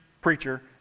preacher